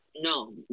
No